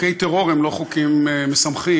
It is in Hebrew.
חוקי טרור הם לא חוקים משמחים,